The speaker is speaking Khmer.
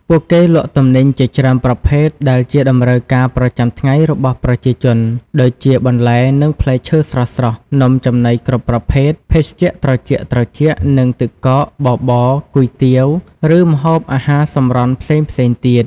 ពួកគេលក់ទំនិញជាច្រើនប្រភេទដែលជាតម្រូវការប្រចាំថ្ងៃរបស់ប្រជាជន ដូចជា បន្លែ និងផ្លែឈើស្រស់ៗ នំចំណីគ្រប់ប្រភេទ ភេសជ្ជៈត្រជាក់ៗ និងទឹកកក បបរ គុយទាវ ឬម្ហូបអាហារសម្រន់ផ្សេងៗទៀត